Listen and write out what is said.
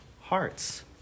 hearts